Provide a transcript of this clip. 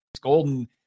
golden